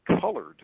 colored